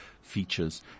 features